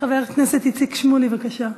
חבר הכנסת איציק שמולי, בבקשה.